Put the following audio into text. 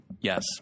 Yes